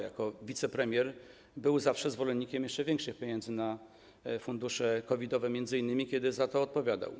Jako wicepremier był zawsze zwolennikiem jeszcze większych pieniędzy na fundusze COVID-owe, m.in. wtedy, kiedy za to odpowiadał.